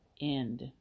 end